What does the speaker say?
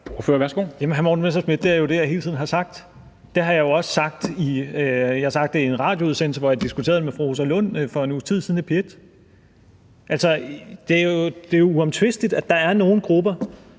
hr. Morten Messerschmidt, det er jo det, jeg hele tiden har sagt. Jeg har sagt det i en radioudsendelse, hvor jeg diskuterede det med fru Rosa Lund for en uges tid siden i P1. Det er jo uomtvisteligt, at der er nogle grupper,